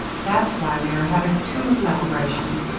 that's why we are having two celebrations.